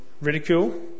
Ridicule